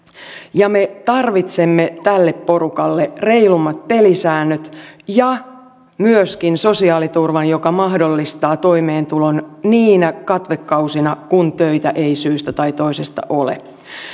ja me tarvitsemme tälle porukalle reilummat pelisäännöt ja myöskin sosiaaliturvan joka mahdollistaa toimeentulon niinä katvekausina kun töitä ei syystä tai toisesta ole